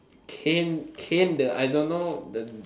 cane cane the I don't know the